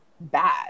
bad